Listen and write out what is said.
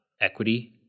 equity